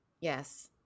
Yes